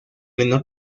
menor